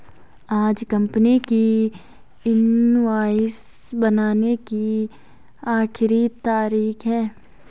आज कंपनी की इनवॉइस बनाने की आखिरी तारीख है